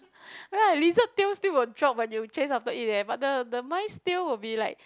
right lizard tail still will drop when you chase after it eh but the the mice tail will be like